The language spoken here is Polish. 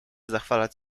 zachwalać